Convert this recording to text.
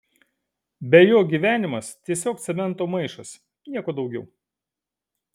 be jo gyvenimas tiesiog cemento maišas nieko daugiau